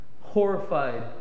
horrified